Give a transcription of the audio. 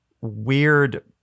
weird